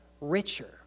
richer